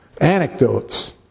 anecdotes